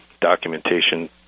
documentation